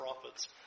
prophets